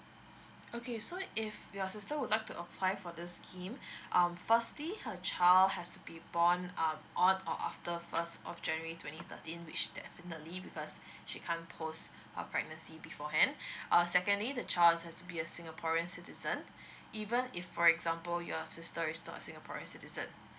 okay so if your sister would like to apply for the scheme um firstly her child has to be born um on or after first of january twenty thirteen which definitely because she can't post a pregnancy beforehand uh secondly the child has to be a singaporean citizen even if for example your sister is not a singaporean citizen